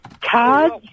Cards